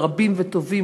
עוד רבים וטובים,